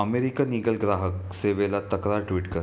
American Eagle ग्राहक सेवेला तक्रार ट्विट कर